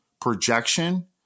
projection